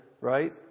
right